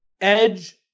Edge